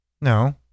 No